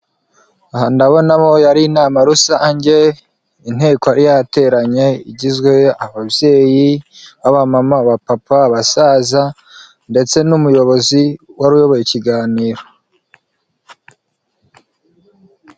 Aha ndabona bo ari inama rusange, inteko yari yateranye igizwe, ababyeyi, abamama, abapapa, abasaza ndetse n'umuyobozi wari uyoboye ikiganiro.